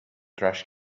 trash